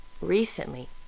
recently